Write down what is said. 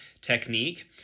technique